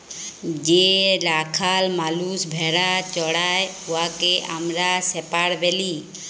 যে রাখাল মালুস ভেড়া চরাই উয়াকে আমরা শেপাড় ব্যলি